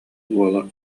уола